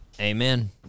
Amen